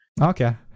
Okay